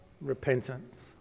Repentance